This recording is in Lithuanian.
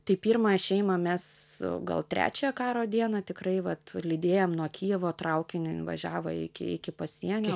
tai pirmą šeimą mes gal trečią karo dieną tikrai vat lydėjom nuo kijevo traukiniu važiavo iki iki pasienio